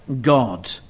God